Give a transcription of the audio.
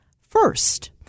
first